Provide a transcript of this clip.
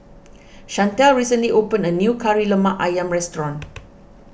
Shantell recently opened a new Kari Lemak Ayam restaurant